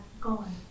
gone